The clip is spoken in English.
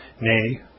nay